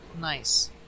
Nice